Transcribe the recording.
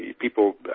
people